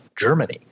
Germany